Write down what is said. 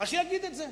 שיגיד את זה.